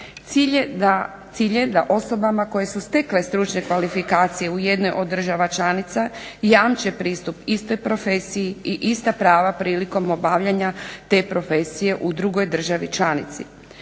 Cilj je da osobama koje su stekle stručne kvalifikacije u jednoj od država članica jamče pristup istoj profesiji i ista prava prilikom obavljanja te profesije u drugoj državi članici.